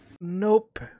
Nope